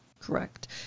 Correct